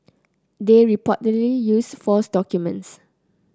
they reportedly used false documents